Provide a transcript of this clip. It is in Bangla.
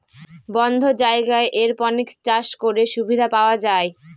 বদ্ধ জায়গায় এরপনিক্স চাষ করে সুবিধা পাওয়া যায়